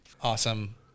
Awesome